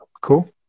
Cool